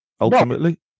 ultimately